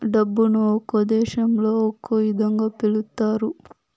డబ్బును ఒక్కో దేశంలో ఒక్కో ఇదంగా పిలుత్తారు